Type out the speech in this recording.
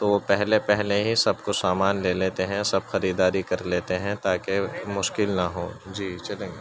تو وہ پہلے پہلے ہی سب کو سامان لے لیتے ہیں سب خریداری کر لیتے ہیں تاکہ مشکل نہ ہو جی چلیں